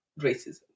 racism